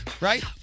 right